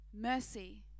Mercy